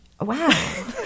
Wow